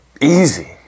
Easy